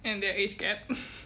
and their age gap